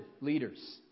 leaders